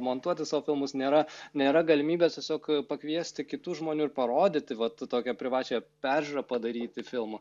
montuoti savo filmus nėra nėra galimybės tiesiog pakviesti kitų žmonių ir parodyti vat tokią privačią peržiūrą padaryti filmų